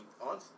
on